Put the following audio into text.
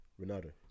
Ronaldo